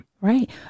Right